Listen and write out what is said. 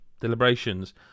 deliberations